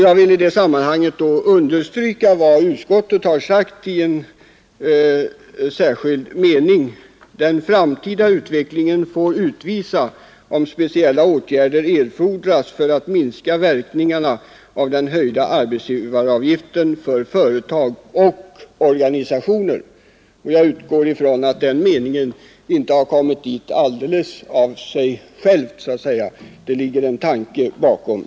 Jag vill i det sammanhanget understryka vad skatteutskottet har sagt i en mening på s. 22:”Den framtida utvecklingen får utvisa om speciella åtgärder erfordras för att minska verkningarna av den höjda arbetsgivaravgiften för företag och organisationer.” Jag utgår ifrån att den meningen inte kommit till utan att det ligger en tanke bakom.